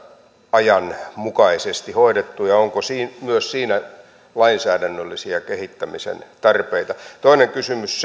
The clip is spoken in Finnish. ajanmukaisesti hoidettu ja onko myös siinä lainsäädännöllisiä kehittämisen tarpeita toinen kysymys